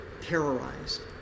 terrorized